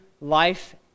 life